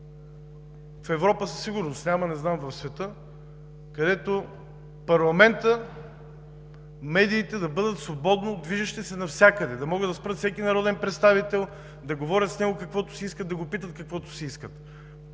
в Европа със сигурност няма, не знам за света, където в парламента медиите могат и са свободно движещи се навсякъде, могат да спрат всеки народен представител, да говорят с него за каквото си искат, да го питат каквото си искат.